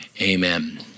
Amen